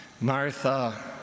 Martha